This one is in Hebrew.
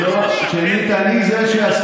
איזה שטויות.